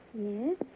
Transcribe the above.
Yes